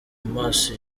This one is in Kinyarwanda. maso